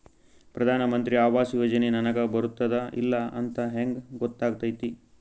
ಪ್ರಧಾನ ಮಂತ್ರಿ ಆವಾಸ್ ಯೋಜನೆ ನನಗ ಬರುತ್ತದ ಇಲ್ಲ ಅಂತ ಹೆಂಗ್ ಗೊತ್ತಾಗತೈತಿ?